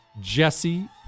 Jesse